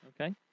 Okay